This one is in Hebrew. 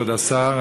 כבוד השר,